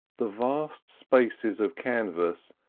the vast spaces of canvas,